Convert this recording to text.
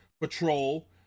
Patrol